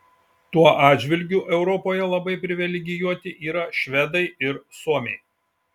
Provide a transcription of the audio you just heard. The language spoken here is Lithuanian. tuo atžvilgiu europoje labai privilegijuoti yra švedai ir suomiai